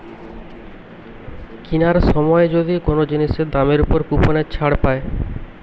কিনার সময় যদি কোন জিনিসের দামের উপর কুপনের ছাড় পায়